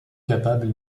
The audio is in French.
capable